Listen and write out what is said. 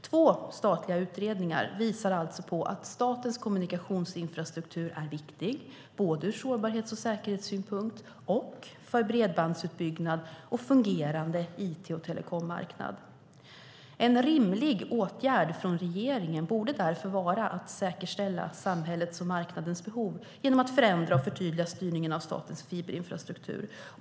Två statliga utredningar visar alltså på att statens kommunikationsinfrastruktur är viktig ur både sårbarhets och säkerhetssynpunkt och för bredbandsutbyggnad och fungerande it och telekommarknad. En rimlig åtgärd från regeringen borde vara att säkerställa samhällets och marknadens behov genom att förändra och förtydliga styrningen av statens fiberinfrastruktur.